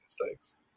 mistakes